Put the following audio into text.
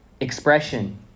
expression